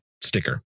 sticker